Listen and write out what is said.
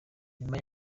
nyuma